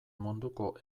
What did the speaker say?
munduko